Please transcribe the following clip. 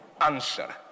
answer